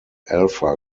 alpha